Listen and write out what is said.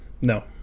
no